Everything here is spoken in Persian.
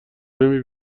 نمی